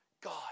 God